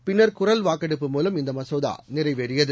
பின்னர் குரல் வாக்கெடுப்பு மூலம் இந்த மசோதா நிறைவேறியது